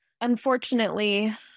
unfortunately